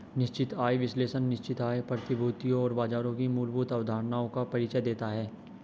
निश्चित आय विश्लेषण निश्चित आय प्रतिभूतियों और बाजारों की मूलभूत अवधारणाओं का परिचय देता है